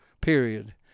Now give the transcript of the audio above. period